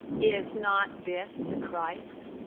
is not this the christ?